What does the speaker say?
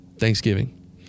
Thanksgiving